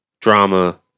drama